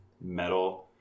metal